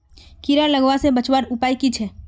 कीड़ा लगवा से बचवार उपाय की छे?